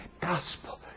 Gospel